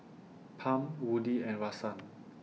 Pam Woodie and Rahsaan